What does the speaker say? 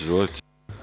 Izvolite.